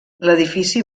l’edifici